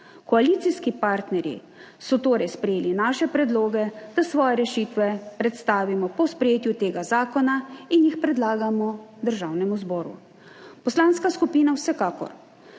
Koalicijski partnerji so torej sprejeli naše predloge, da svoje rešitve predstavimo po sprejetju tega zakona in jih predlagamo Državnemu zboru. Poslanska skupina vsekakor